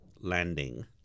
landing